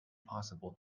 possible